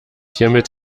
hiermit